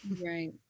Right